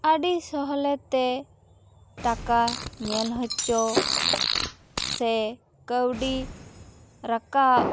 ᱟᱹᱰᱤ ᱥᱚᱦᱞᱮ ᱛᱮ ᱴᱟᱠᱟ ᱧᱮᱞ ᱦᱚᱪᱚ ᱥᱮ ᱠᱟᱹᱣᱰᱤ ᱨᱟᱠᱟᱵ